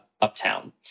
Uptown